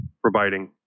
providing